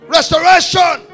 Restoration